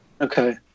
Okay